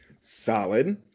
Solid